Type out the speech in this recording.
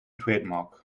trademark